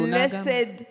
Blessed